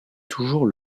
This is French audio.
toujours